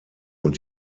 und